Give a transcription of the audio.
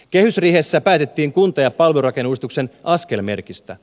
kehysriihessä päätettiin kunta ja palvelurakenneuudistuksen askelmerkeistä